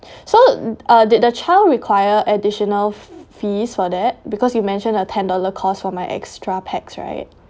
so uh did the child require additional fees for that because you mentioned a ten dollar cause for my extra pax right